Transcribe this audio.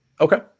Okay